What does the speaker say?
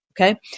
Okay